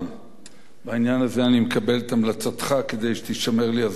בעניין הזה אני מקבל את המלצתך כדי שתישמר לי הזכות אחר כך